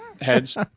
heads